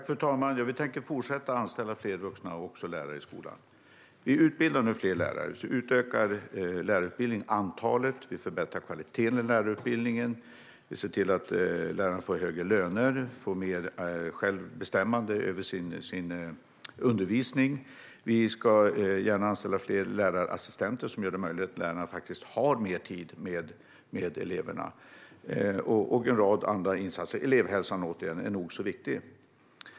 Fru talman! Vi tänker fortsätta att anställa fler vuxna, även lärare, i skolan. Vi utbildar nu fler lärare - vi utökar antalet platser på lärarutbildningen. Vi förbättrar kvaliteten i lärarutbildningen. Vi ser till att lärarna får högre löner och får mer självbestämmande över sin undervisning, och vi ska gärna anställa fler lärarassistenter som gör det möjligt för lärarna att faktiskt få mer tid med eleverna. Vi gör även en rad andra insatser. Och, återigen, elevhälsan är nog så viktig.